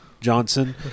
Johnson